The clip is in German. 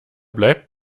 bleibt